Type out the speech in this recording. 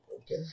Okay